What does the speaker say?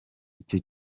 icyo